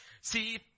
See